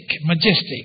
Majestic